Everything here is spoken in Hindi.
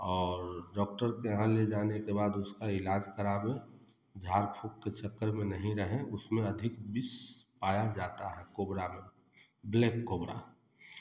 और डॉक्टर के यहाँ ले जाने के बाद उसका इलाज करावें झाड़ फूँक के चक्कर में नहीं रहें उसमें अधिक विष पाया जाता है कोबरा में ब्लैक कोबरा